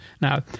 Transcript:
Now